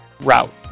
route